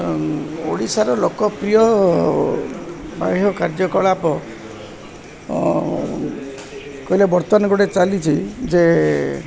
ଓଡ଼ିଶାର ଲୋକପ୍ରିୟ ବାହ୍ୟ କାର୍ଯ୍ୟକଳାପ କହିଲେ ବର୍ତ୍ତମାନ ଗୋଟେ ଚାଲିଛିି ଯେ